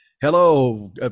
Hello